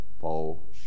fall